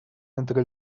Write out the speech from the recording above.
entre